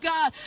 God